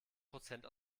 prozent